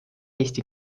eesti